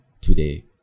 today